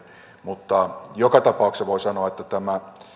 mutta joka tapauksessa voi sanoa että tämä